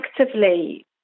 actively